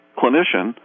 clinician